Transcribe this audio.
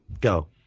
Go